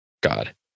God